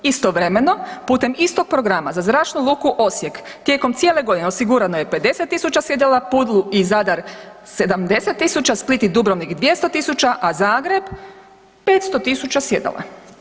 Istovremeno, putem istog programa za Zračnu luku Osijek tijekom cijele godine osigurano je 50 000 sjedala, Pulu i Zadar 70 000, Split i Dubrovnik 200 000 a Zagreb 500 000 sjedala.